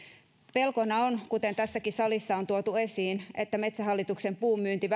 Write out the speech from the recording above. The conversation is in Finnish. pelkona on kuten tässäkin salissa on tuotu esiin että metsähallituksen puun myynti